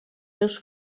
seus